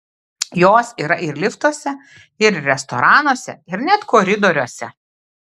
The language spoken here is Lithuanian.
jos yra ir liftuose ir restoranuose ir net koridoriuose